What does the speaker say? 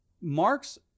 Marx